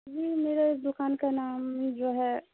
جی میرے دکان کا نام جو ہے